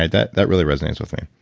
right, that that really resonates with me.